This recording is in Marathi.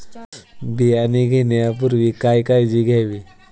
बियाणे घेण्यापूर्वी काय काळजी घ्यावी?